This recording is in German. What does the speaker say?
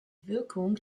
wirkung